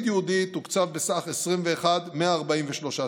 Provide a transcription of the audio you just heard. יהודי תוקצב בסכום של 21,143 שקלים.